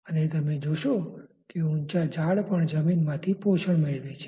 અને તમે જોશો કે ઊંચા ઝાડ પણ જમીનમાંથી પોષણ મેળવે છે